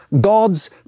God's